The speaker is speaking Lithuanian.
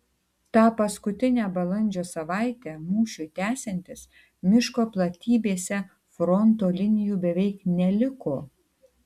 tą paskutinę balandžio savaitę mūšiui tęsiantis miško platybėse fronto linijų beveik neliko